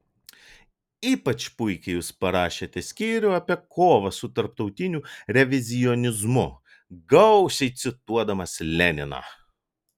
ypač puikiai jūs parašėte skyrių apie kovą su tarptautiniu revizionizmu gausiai cituodamas leniną